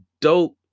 dope